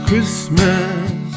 Christmas